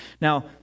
Now